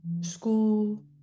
school